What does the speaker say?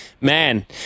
Man